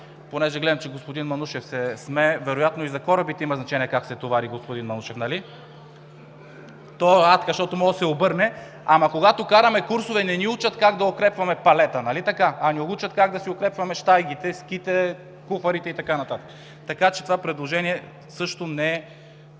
Понеже гледам, че господин Манушев се смее, вероятно и за корабите има значение как се товари, господин Манушев, нали? (Реплика.) Точно така, защото може да се обърне. Ама, когато караме курсове, не ни учат как да укрепваме палета, нали така? Учат ни как да си укрепваме щайгите, ските, куфарите и така нататък. Така че това предложение също не е